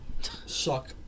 Suck